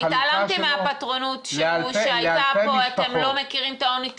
אני התעלמתי מהפטרונות שהיתה פה כאילו אנחנו לא מכירים את העוני.